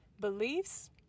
beliefs